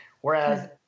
Whereas